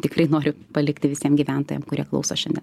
tikrai noriu palikti visiem gyventojam kurie klausos šiandien